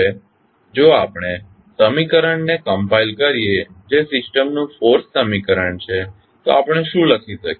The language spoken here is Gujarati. હવે જો આપણે સમીકરણને કમ્પાઇલ કરીએ જે સિસ્ટમનું ફોર્સ સમીકરણ છે તો આપણે શું લખી શકીએ